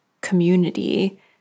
community